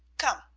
come,